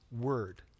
word